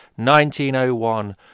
1901